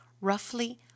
roughly